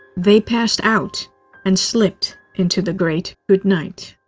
they passed out and slipped into the great goodnight.